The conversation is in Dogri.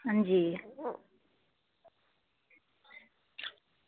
अंजी